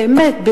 באמת,